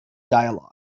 dialogue